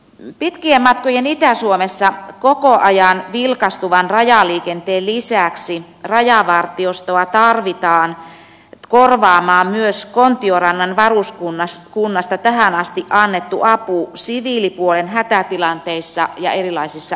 pitkien matkojen itä suomessa koko ajan vilkastuvan rajaliikenteen lisäksi rajavartiostoa tarvitaan korvaamaan myös kontiorannan varuskunnasta tähän asti annettu apu siviilipuolen hätätilanteissa ja erilaisissa etsinnöissä